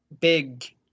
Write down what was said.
big